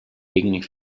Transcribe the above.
picnic